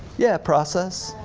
yeah, process,